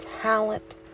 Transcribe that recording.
talent